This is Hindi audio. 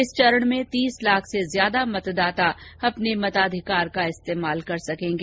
इस चरण में तीस लाख से ज्यादा मतदाता मताधिकार का इस्तेमाल कर सकेंगे